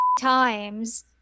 times